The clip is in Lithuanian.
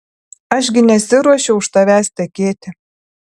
aš gi nesiruošiu už tavęs tekėti